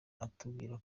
atubwira